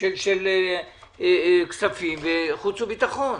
של כספים וחוץ וביטחון.